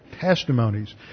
testimonies